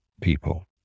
people